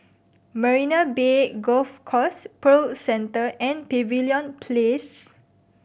Marina Bay Golf Course Pearl Centre and Pavilion Place